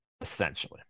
essentially